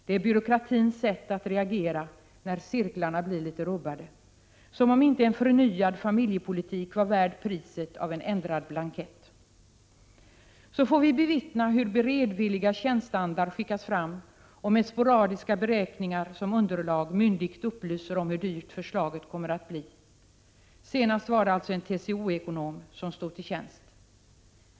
Det är byråkratins sätt att reagera när cirklarna blir litet rubbade som om inte en förnyad familjepolitik var värd priset av en ändrad blankett! Vi har bevittnat hur beredvilliga tjänsteandar skickas fram och med sporadiska beräkningar som underlag myndigt upplyser om hur dyrt förslaget kommer att bli. Senast var det en TCO-ekonom som stod till tjänst.